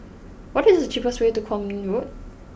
what is the cheapest way to Kwong Min Road